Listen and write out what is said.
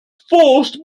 forced